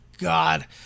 God